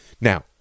Now